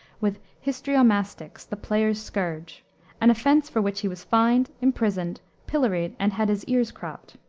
with histrio-mastix the player's scourge an offense for which he was fined, imprisoned, pilloried, and had his ears cropped.